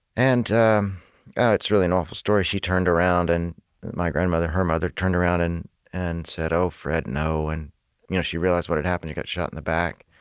and um it's really an awful story. she turned around and my grandmother, her mother, turned around and and said, oh, fred, no, and you know she realized what had happened she got shot in the back.